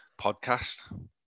podcast